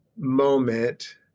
moment